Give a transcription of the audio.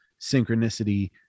synchronicity